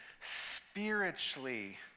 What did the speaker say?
spiritually